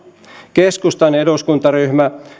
keskustan eduskuntaryhmä